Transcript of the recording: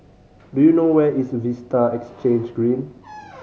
do you know where is Vista Exhange Green